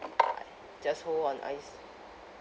just hold on I